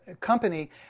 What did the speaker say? company